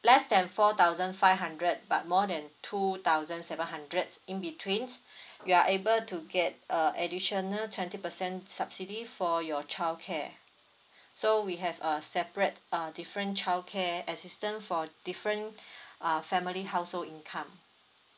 less than four thousand five hundred but more than two thousand seven hundred in betweens you're able to get a additional twenty percent subsidy for your childcare so we have a separate uh different childcare assistance for different uh family household income